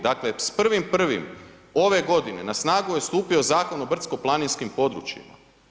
Dakle, s 1.1. ove godine na snagu je stupio Zakon o brdsko-planinskim područjima.